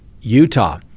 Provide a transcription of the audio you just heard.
Utah